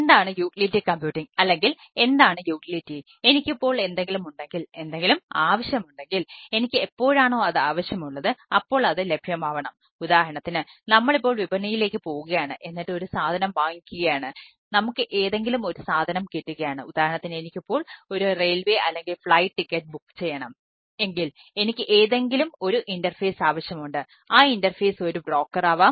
എന്താണ് utility computing ആവാം